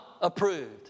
approved